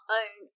own